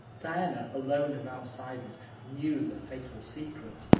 diana alone of outsiders knew the fatal secret,